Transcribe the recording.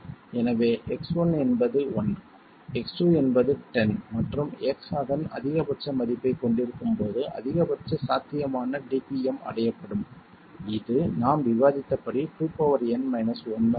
எனவே X1 என்பது 1 X2 என்பது 10 மற்றும் X அதன் அதிகபட்ச மதிப்பைக் கொண்டிருக்கும் போது அதிகபட்ச சாத்தியமான dpm அடையப்படும் இது நாம் விவாதித்தபடி 2n 1 ஆகும்